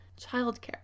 childcare